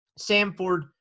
Samford